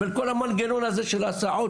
ולכל המנגנון הזה של ההסעות.